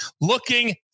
looking